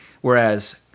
Whereas